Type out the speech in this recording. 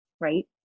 right